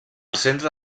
centre